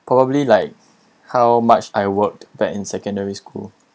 probably like how much I worked back in secondary school